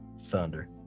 thunder